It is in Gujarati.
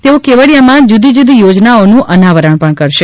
તેઓ કેવડિયામાં જુદી જુદી યોજાનાઓનું અનાવરણ પણ કરશે